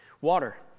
Water